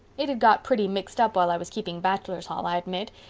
it had got pretty mixed up while i was keeping bachelor's hall, i admit,